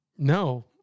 No